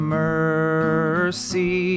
mercy